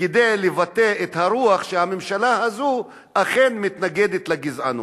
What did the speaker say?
כדי לבטא את הרוח שהממשלה הזאת אכן מתנגדת לגזענות.